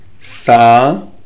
sa